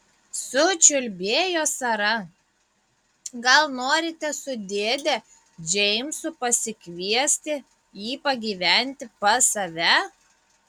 sučiulbėjo sara gal norite su dėde džeimsu pasikviesti jį pagyventi pas save